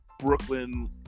Brooklyn